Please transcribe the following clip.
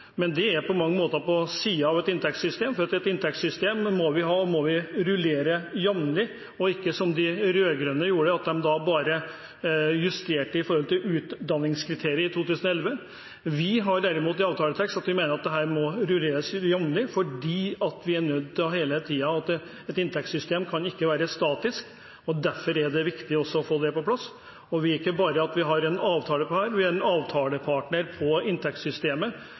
Men det er på mange måter på siden av et inntektssystem, for et inntektssystem må vi ha, og det må vi rullere jevnlig – og ikke som de rød-grønne gjorde, bare justerte ut fra utdanningskriteriet, i 2011. Vi har derimot i avtaleteksten at dette må rulleres jevnlig, fordi vi hele tiden er nødt til å ha et inntektssystem som ikke er statisk. Derfor er det viktig også å få det på plass. Ikke bare har vi en avtale om dette, vi er en avtalepartner når det gjelder inntektssystemet